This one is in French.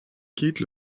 quitte